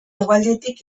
hegoaldetik